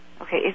Okay